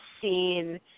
seen